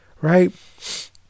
right